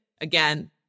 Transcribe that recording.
Again